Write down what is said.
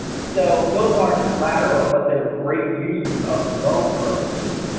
so those aren't collateral but they're great uses of the loan proceeds.